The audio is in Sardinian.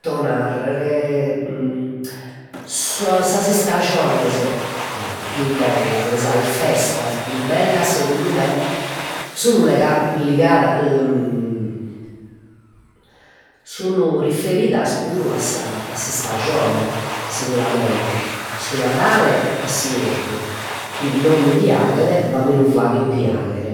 To narrer su sas istajones pius bellas ei sas festas pius bellas segundu me sun lega ligadas sun riferidas puru a sa a s'istajone seguramente, su Nadale a s'ierru chi non mi piaghet, ma mi lu faghet piagher